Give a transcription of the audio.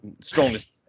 strongest